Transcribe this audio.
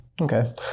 Okay